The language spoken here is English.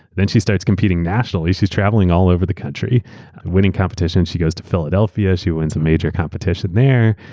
then she starts competing nationally. she's traveling all over the country winning competitions. she goes to philadelphia. she won some major competition there.